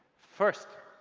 first,